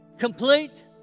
Complete